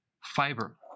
fiber